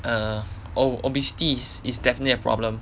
err oh obesity is definitely a problem